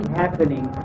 happening